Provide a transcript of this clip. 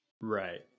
right